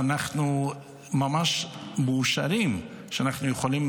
ואנחנו ממש מאושרים שאנחנו יכולים